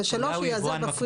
ב-3 הוא ייעזר ב- Presale.